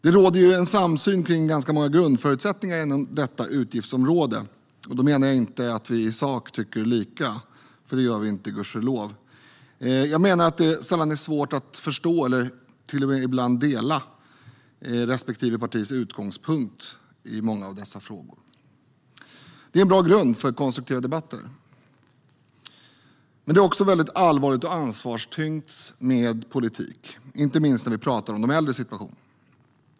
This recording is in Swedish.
Det råder ju samsyn kring ganska många grundförutsättningar inom detta utgiftsområde. Då menar jag inte att vi i sak tycker lika, för det gör vi inte, gudskelov. Jag menar att det sällan är svårt att förstå eller till och med ibland dela respektive partis utgångspunkt i många av dessa frågor. Det är en bra grund för konstruktiva debatter. Men det är också väldigt allvarligt och ansvarstyngt med politik, inte minst när vi talar om de äldres situation.